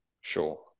Sure